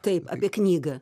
taip apie knygą